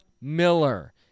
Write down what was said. Miller